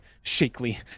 shakily